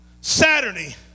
Saturday